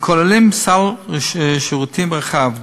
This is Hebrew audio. הכוללים סל שירותים רחב,